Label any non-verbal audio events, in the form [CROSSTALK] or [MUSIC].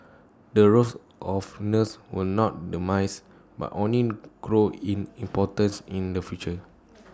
the roles of nurses will not [UNINTELLIGIBLE] but only grow in importance in the future